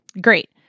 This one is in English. great